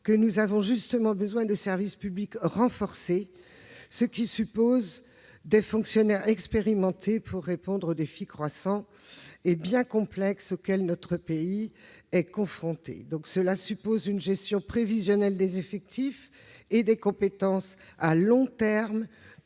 Or nous avons justement besoin de services publics renforcés, ce qui suppose des fonctionnaires expérimentés, pour répondre aux défis croissants et si complexes auxquels notre pays est confronté. Voilà pourquoi il faut assurer une gestion prévisionnelle des effectifs et des compétences à long terme,